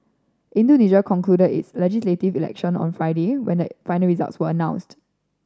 Indonesia concluded its legislative election on Friday when the final results were announced